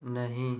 नहीं